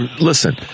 listen